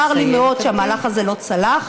צר לי מאוד שהמהלך הזה לא צלח.